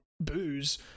booze